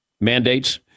mandates